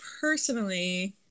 personally